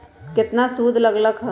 केतना सूद लग लक ह?